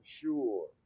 sure